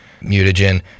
mutagen